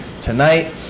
tonight